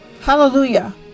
Hallelujah